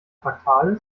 fraktal